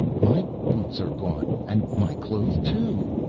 my boots are gone and my clothes, too!